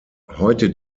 heute